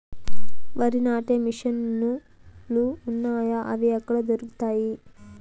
వరి నాటే మిషన్ ను లు వున్నాయా? అవి ఎక్కడ దొరుకుతాయి?